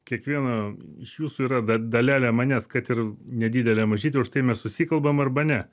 kiekviena iš jūsų yra da dalelė manęs kad ir nedidelė mažytė už tai mes susikalbam arba ne